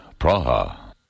Praha